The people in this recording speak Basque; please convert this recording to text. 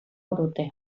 dute